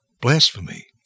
Blasphemy